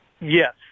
Yes